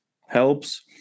helps